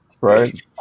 right